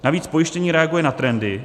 Navíc pojištění reaguje na trendy.